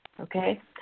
okay